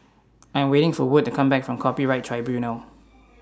I'm waiting For Wood to Come Back from Copyright Tribunal